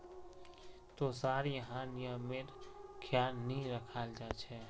तोसार यहाँ नियमेर ख्याल नहीं रखाल जा छेक